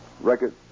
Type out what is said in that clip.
record